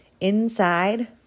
Inside